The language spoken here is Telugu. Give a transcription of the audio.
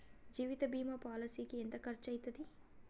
జీవిత బీమా పాలసీకి ఎంత ఖర్చయితది?